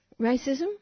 Racism